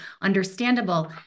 understandable